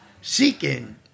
seeking